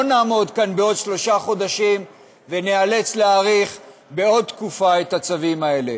נעמוד כאן בעוד שלושה חודשים וניאלץ להאריך בעוד תקופה את הצווים האלה.